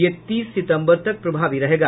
यह तीस सितम्बर तक प्रभावी रहेगा